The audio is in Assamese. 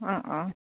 অঁ অঁ